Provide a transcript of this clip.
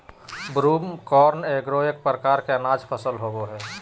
broomcorn एगो प्रकार के अनाज फसल होबो हइ